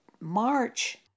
March